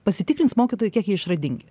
pasitikrins mokytojai kiek jie išradingi